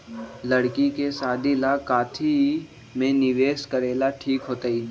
लड़की के शादी ला काथी में निवेस करेला ठीक होतई?